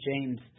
James